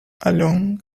along